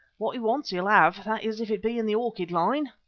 what he wants, he'll have, that is if it be in the orchid line.